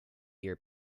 your